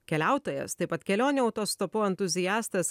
keliautojas taip pat kelionių autostopu entuziastas